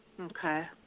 Okay